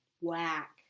whack